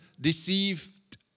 deceived